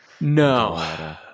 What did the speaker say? No